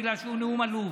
בגלל שהוא נאום עלוב.